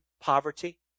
poverty